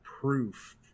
proof